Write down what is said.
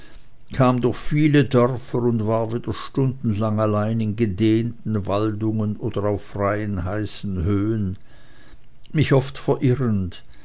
kam durch viele dörfer und war wieder stundenlang allein in gedehnten waldungen oder auf freien heißen höhen mich oft verirrend